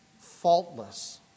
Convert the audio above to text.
faultless